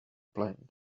playing